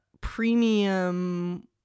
premium